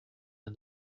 and